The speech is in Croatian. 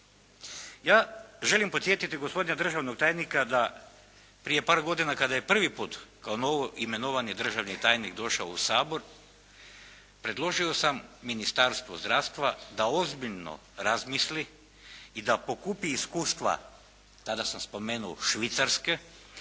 Ja želim podsjetiti gospodina državnog tajnika da prije par godina kad je prvi put kao novo imenovani državni tajnik došao u Sabor predložio sam Ministarstvu zdravstva da ozbiljno razmisli i da pokupi iskustva, tada sam spomenuo Švicarske,